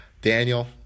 Daniel